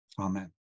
Amen